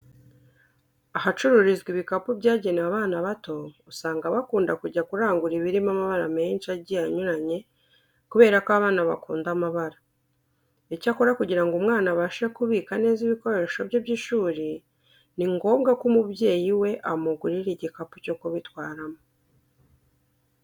Ahacururizwa ibikapu byagenewe abana bato, usanga bakunda kujya kurangura ibirimo amabara menshi agiye anyuranye kubera ko abana bakunda amabara. Icyakora kugira ngo umwana abashe kubika neza ibikoresho bye by'ishuri, ni ngombwa ko umubyeyi we amugurira igikapu cyo kubitwaramo.